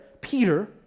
Peter